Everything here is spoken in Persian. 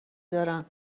دارن